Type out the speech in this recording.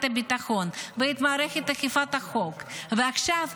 הביטחון ואת מערכת אכיפת החוק ועכשיו,